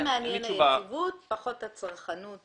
מאוד מעניינת היציבות ופחות הצרכנות.